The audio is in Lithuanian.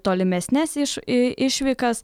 tolimesnes iš i išvykas